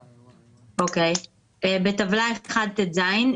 "(1) בטבלה 1ט"ז,